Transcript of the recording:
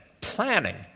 planning